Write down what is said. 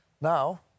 Now